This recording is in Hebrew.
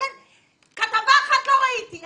כתבה אחת לא ראיתי.